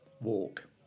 walk